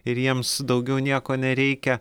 ir jiems daugiau nieko nereikia